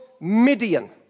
Midian